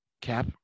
Cap